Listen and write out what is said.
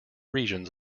regions